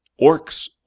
Orcs